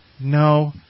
no